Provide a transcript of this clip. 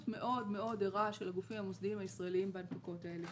מאוד מאוד ערה של הגופים המוסדיים הישראלים בהנפקות האלה.